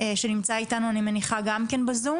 שנמצא אתנו בזום.